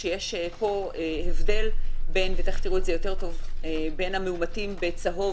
כשיש פה הבדל בין המאומתים בצהוב,